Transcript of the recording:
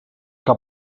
que